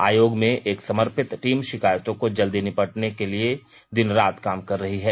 आयोग में एक समर्पित टीम शिकायतों को जल्दी निबटाने के लिए दिन रात काम कर रही है